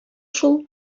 шул